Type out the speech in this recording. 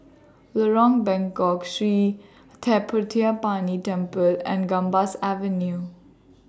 Lorong Bengkok Sri Thendayuthapani Temple and Gambas Avenue